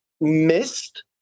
missed